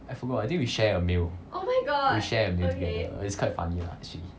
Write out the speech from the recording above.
I forgot I think we share a meal we share a meal together ya it's quite funny lah